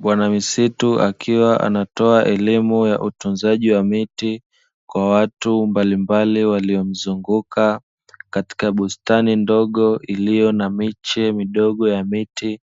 Bwana misitu akiwa anatoa elimu ya utunzaji wa miti, kwa watu mbalimbali waliomzunguka, katika bustani ndogo iliyo na miche midogo ya miti,